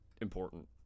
important